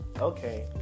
okay